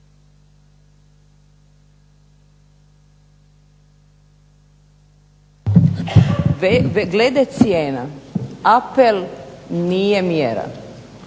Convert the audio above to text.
Glede cijena apel nije mjera.